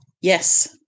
Yes